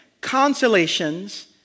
consolations